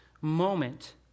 moment